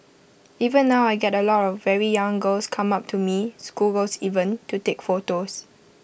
even now I get A lot of very young girls come up to me schoolgirls even to take photos